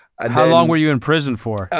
and how long were you in prison for?